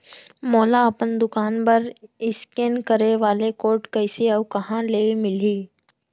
मोला अपन दुकान बर इसकेन करे वाले कोड कइसे अऊ कहाँ ले मिलही?